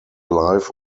life